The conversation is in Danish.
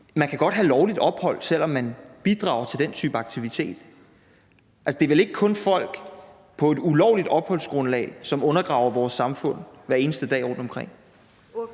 godt kan have lovligt ophold, selv om de bidrager til den type aktivitet? Det er vel ikke kun folk på et ulovligt opholdsgrundlag, som undergraver vores samfund hver eneste dag? Kl.